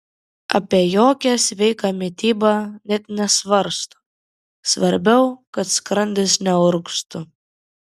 apie jokią sveiką mitybą net nesvarsto svarbiau kad skrandis neurgztų